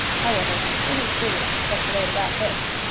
however, it is foolish to speculate about this.